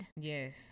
yes